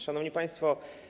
Szanowni Państwo!